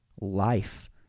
life